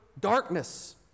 darkness